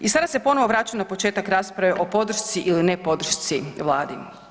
I sada se ponovno vraćam na početak rasprave o podršci ili ne podršci Vladi.